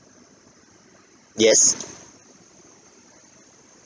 yes